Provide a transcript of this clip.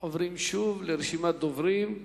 עוברים שוב לרשימת הדוברים,